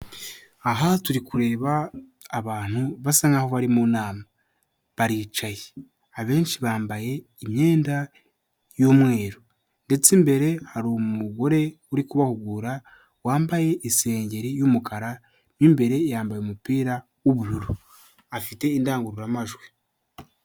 Aha turi kureba abantu basa nk'aho bari mu nama, baricaye. Abenshi bambaye imyenda y'umweru ndetse imbere hari umugore uri kubahugura, wambaye isengeri y'umukara, mo imbere yambaye umupira w'ubururu. Afite indangururamajwi.